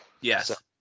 Yes